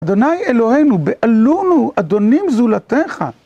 אדוני אלוהינו, בעלונו אדונים זולתיך.